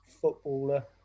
footballer